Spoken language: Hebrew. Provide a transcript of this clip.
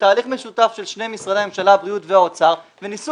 בתהליך משותף של שני משרדי ממשלה הבריאות והאוצר וניסו